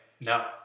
No